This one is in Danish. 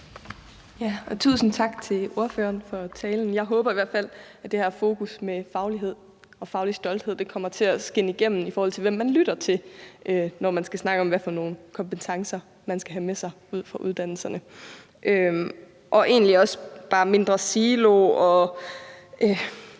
Tusind tak til ordføreren for talen. Jeg håber i hvert fald, at det her fokus på faglighed og faglig stolthed kommer til at skinne igennem, i forhold til hvem man lytter til, når man skal snakke om, hvilke kompetencer de studerende skal have med sig fra uddannelserne. Det der med mindre silo og